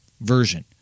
version